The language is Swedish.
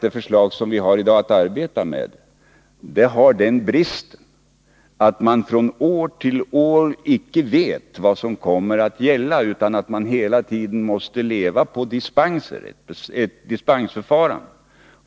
Det förslag som vi i dag har att arbeta med har den bristen att man från år till år icke vet vad som kommer att gälla. Man måste hela tiden leva med ett dispensförfarande.